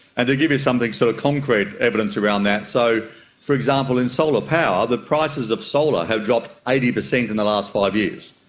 and to give you some so concrete evidence around that, so for example in solar power the prices of solar have dropped eighty percent in the last five years.